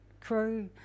crew